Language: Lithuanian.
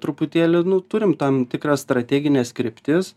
truputėlį nu turim tam tikras strategines kryptis